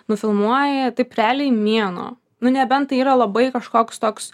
nufilmuoji taip realiai mėnuo nu nebent tai yra labai kažkoks toks